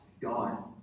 God